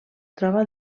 troba